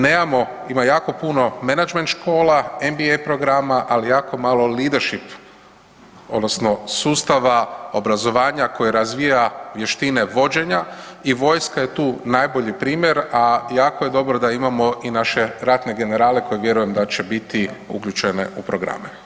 Nemamo, ima jako puno menadžment škola, NBA programa ali jako mali leadership odnosno sustava obrazovanja koje razvija vještine vođenja i vojska je tu najbolji primjer a jako je dobro da imamo i naše ratne generale koje vjerujem da će biti uključene u programe.